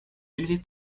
élevée